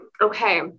Okay